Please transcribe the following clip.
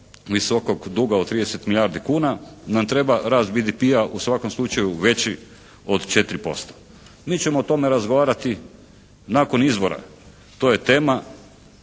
visokog duga od 30 milijardi duga nam treba rast BDP-a u svakom slučaju veći od 4%. Mi ćemo o tome razgovarati nakon izbora. To je tema